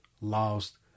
lost